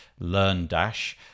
LearnDash